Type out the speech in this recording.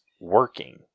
working